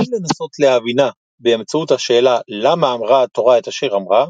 אין לנסות להבינה באמצעות השאלה "למה" אמרה התורה את אשר אמרה,